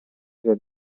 crea